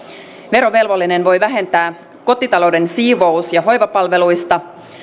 verovelvollinen voi vähentää kotitalouden siivous ja hoivapalveluista